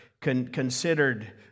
considered